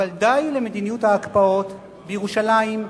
אבל די למדיניות ההקפאות בירושלים,